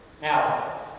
Now